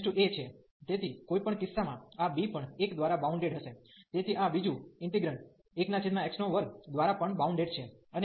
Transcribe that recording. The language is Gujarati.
તેથી કોઈ પણ કિસ્સા માં આ b પણ 1 દ્વારા બાઉન્ડેડ હશે તેથી આ બીજું ઈન્ટિગ્રેન્ડ 1x2 દ્વારા પણ બાઉન્ડેડ છે